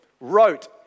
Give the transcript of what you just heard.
wrote